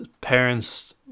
parents